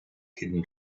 hidden